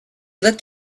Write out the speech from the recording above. looked